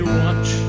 watch